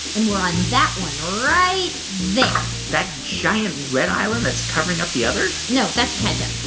and we're on that one right there that giant red island that's covering up the others? no, that's ketchup.